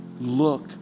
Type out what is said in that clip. look